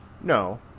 No